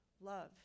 love